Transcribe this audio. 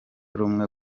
rumwe